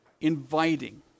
inviting